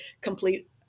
complete